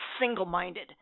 single-minded